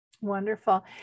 wonderful